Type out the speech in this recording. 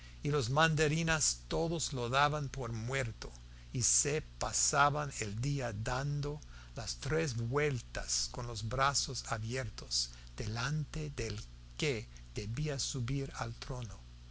y los mandarines todos lo daban por muerto y se pasaban el día dando las tres vueltas con los brazos abiertos delante del que debía subir al trono